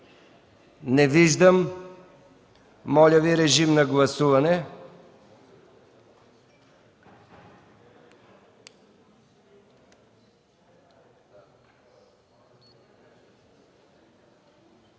Не виждам. Моля режим на гласуване